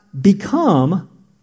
Become